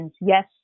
Yes